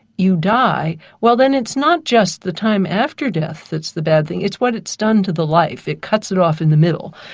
you die, well then it's not just the time after death that's the bad thing, it's what it's done to the life, it cuts it off in the middle.